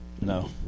No